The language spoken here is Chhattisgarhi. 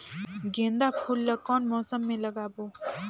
गेंदा फूल ल कौन मौसम मे लगाबो?